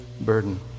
burden